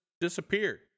disappeared